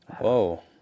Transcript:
whoa